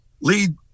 lead